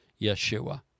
Yeshua